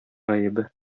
гаебе